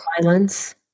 Violence